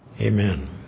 Amen